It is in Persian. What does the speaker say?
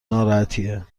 ناراحتیه